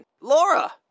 Laura